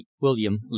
William